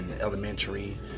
elementary